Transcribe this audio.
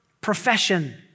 profession